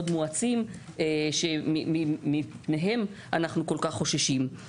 מואצים שמפניהם אנחנו כל כך חוששים.